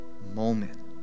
Moment